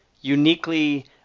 uniquely